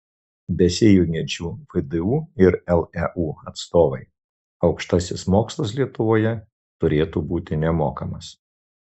besijungiančių vdu ir leu atstovai aukštasis mokslas lietuvoje turėtų būti nemokamas